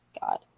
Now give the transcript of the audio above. God